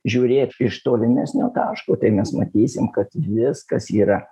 žiūrėt iš tolimesnio taško tai mes matysim kad viskas yra